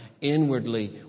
inwardly